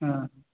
हा